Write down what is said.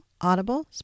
Audible